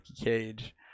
cage